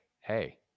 hey-